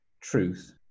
truth